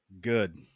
good